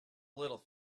little